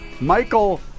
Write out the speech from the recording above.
Michael